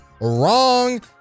wrong